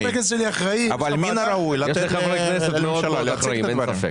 אבל מן הראוי לתת לממשלה להציג אותה.